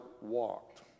walked